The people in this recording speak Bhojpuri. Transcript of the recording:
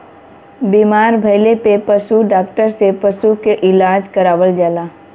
बीमार भइले पे पशु डॉक्टर से पशु के इलाज करावल जाला